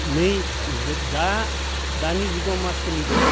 नै दा दानि जुगाव मा सोलिदों